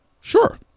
Sure